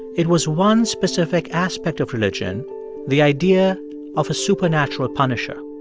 it was one specific aspect of religion the idea of a supernatural punisher,